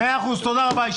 מאה אחוז, תודה רבה.